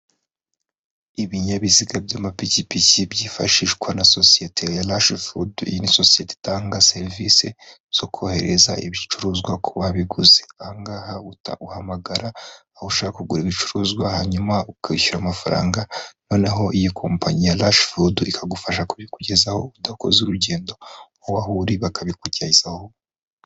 Ibinyabiziga by'amapikipiki byifashishwa na sosiyete ya rashi fudu. Iyi ni sosiyete itanga serivisi zo kohereza ibicuruzwa ku babiguze. Aha ngaha uhamagara aho ushaka kugura ibicuruzwa, hanyuma ukishyura amafaranga, noneho iyi kompanyi ya rashi fudu ikagufasha kubikugezaho udakoze urugendo, wowe aho uri bakabikugezaho.